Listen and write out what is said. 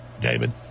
David